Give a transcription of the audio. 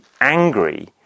angry